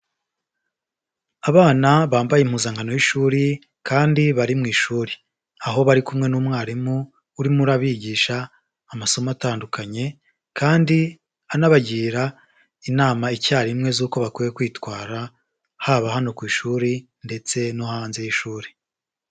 Abana bambaye impuzankano y'ishuri, kandi bari mu ishuri. Aho bari kumwe n'umwarimu urimo urabigisha amasomo atandukanye, kandi anabagira inama icyarimwe z'uko bakwiye kwitwara, haba hano ku ishuri ndetse no hanze y'ishuri.